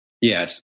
Yes